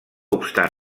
obstant